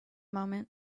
moment